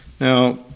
Now